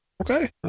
Okay